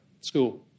School